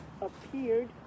appeared